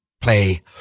play